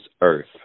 earth